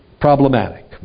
problematic